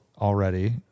already